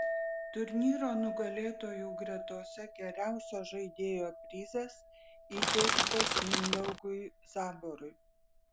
turnyro nugalėtojų gretose geriausio žaidėjo prizas įteiktas mindaugui zaborui